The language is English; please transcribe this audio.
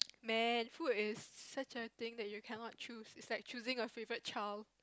man food is such a thing that you cannot choose it's like choosing a favourite child